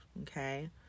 Okay